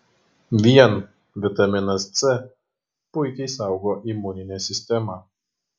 vien vitaminas c puikiai saugo imuninę sistemą